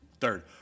third